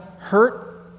hurt